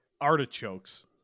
artichokes